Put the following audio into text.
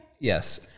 Yes